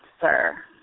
sir